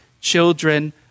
children